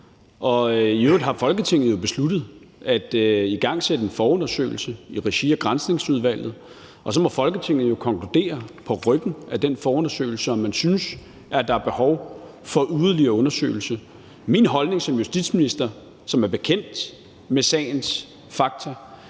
I øvrigt har Folketinget jo besluttet at igangsætte en forundersøgelse i regi af Granskningsudvalget, og så må Folketinget jo konkludere på ryggen af den forundersøgelse, om man synes, at der er behov for yderligere undersøgelse. Min holdning som justitsminister, som er bekendt med sagens fakta,